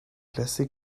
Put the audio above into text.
classée